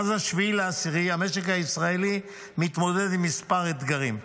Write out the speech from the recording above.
מאז 7 באוקטובר המשק הישראלי מתמודד עם כמה אתגרים: